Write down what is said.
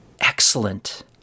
excellent